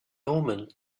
omens